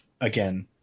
again